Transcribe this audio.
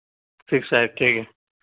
six five ٹھیک ہے